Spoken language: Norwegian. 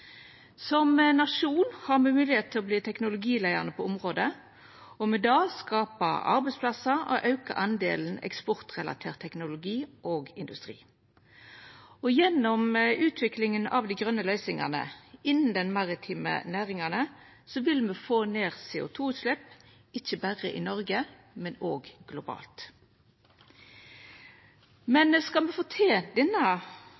Som nasjon har me moglegheit til å verta teknologileiande på området og med det skapa arbeidsplassar og auka andelen eksportrelatert teknologi og industri. Gjennom utviklinga av dei grøne løysingane innan dei maritime næringane vil me få ned CO 2 -utslepp ikkje berre i Noreg, men òg globalt. Skal me få til denne